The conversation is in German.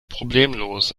problemlos